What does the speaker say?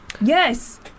Yes